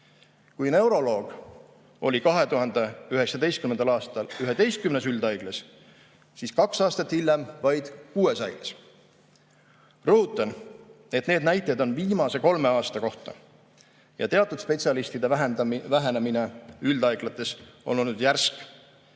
kui neuroloog oli 2019. aastal 11 üldhaiglas, siis kaks aastat hiljem vaid kuues haiglas. Rõhutan, et need näited on viimase kolme aasta kohta ja teatud spetsialistide [arvu] vähenemine üldhaiglates on olnud järsk.